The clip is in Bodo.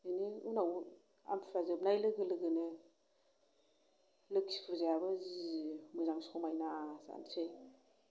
बेनि उनाव आमथिसुवा जोबनाय लोगो लोगोनो लोखि फुजायाबो जि मोजां समायना जानोसै